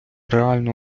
реально